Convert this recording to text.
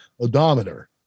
odometer